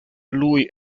lui